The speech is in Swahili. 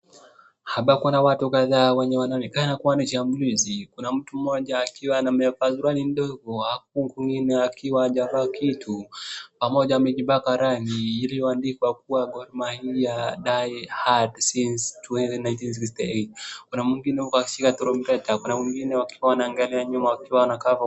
Hapa kuna watu kadhaa wenye wanaonekana kuwa ni shambulizi. Kuna mtu mmoja akiwa na bango ndogo, huku kwingine haja vaa kitu pamoja amejipaka rangi. Hili imeandikwa kuwa Gor mahia die hard since1968 . Kuna mwingine huku akishika tarumbeta, na kuna mwingine wakiwa wanaangalia nyuma wakiwa wanakaa.